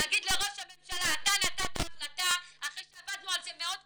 להגיד לראש הממשלה "אתה נתת החלטה" אחרי שעבדנו על זה מאוד קשה,